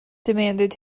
demanded